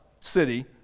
City